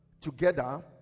together